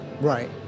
Right